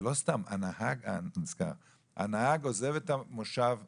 ולא סתם, אני נזכר שהנהג עוזב את המושב הקדמי,